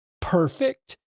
perfect